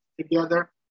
together